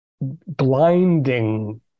blinding